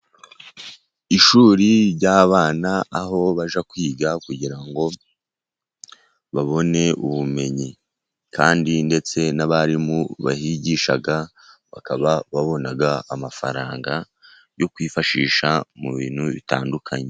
Ishuri ry'abana, aho bajya kwiga kugira ngo babone ubumenyi. Kandi ndetse n'abarimu bahigisha, bakaba babona amafaranga, yo kwifashisha mu bintu bitandukanye.